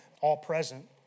all-present